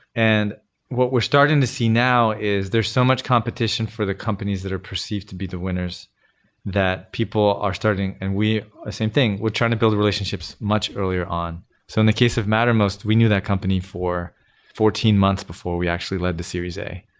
and what we're starting to see now is there so much competition for the companies that are perceived to be the winners that people are starting. and ah same thing, we're trying to build relationships much earlier on. so in the case of mattermost, we knew that company for fourteen months before we actually led the series a,